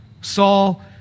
Saul